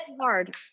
hard